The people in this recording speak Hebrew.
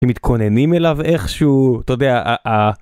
מתכוננים אליו איכשהו אתה יודע.